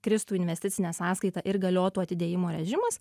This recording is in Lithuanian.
kristų investicinė sąskaita ir galiotų atidėjimo režimas